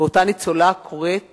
ואותה ניצולה קוראת